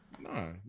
No